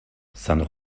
san